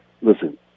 listen